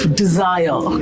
desire